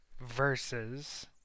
Versus